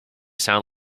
sound